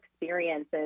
experiences